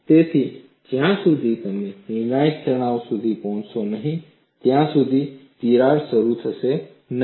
તેથી જ્યા સુધી તમે નિર્ણાયક તણાવ સુધી પહોંચશો નહીં ત્યાં સુધી તિરાડ શરૂ થશે નહીં